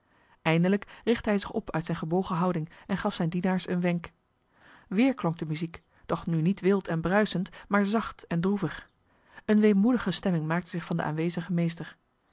eindelijk richtte hij zich op uit zijne gebogen houding en gaf zijn dienaars een wenk weer klonk de muziek doch nu niet wild en bruisend maar zacht en droevig eene weemoedige stemming maakte zich van de aan wezigen meester